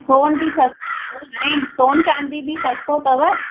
सोन बि सस्तो आहे हाणे सोन चांदी बि सस्तो अथव